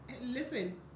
listen